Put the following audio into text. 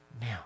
now